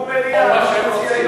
או מליאה, או מה שהם מציעים.